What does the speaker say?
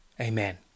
Amen